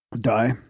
Die